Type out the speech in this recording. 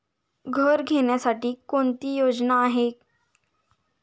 घर घेण्यासाठी कोणती योजना आहे?